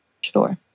Sure